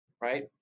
right